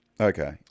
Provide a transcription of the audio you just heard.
Okay